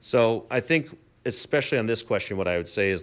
so i think especially on this question what i would say is